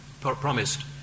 promised